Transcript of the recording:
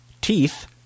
teeth